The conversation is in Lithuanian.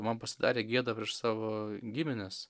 man pasidarė gėda prieš savo gimines